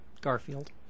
Garfield